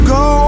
go